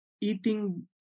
eating